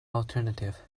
alternative